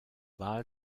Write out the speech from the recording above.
wahl